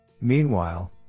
Meanwhile